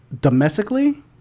domestically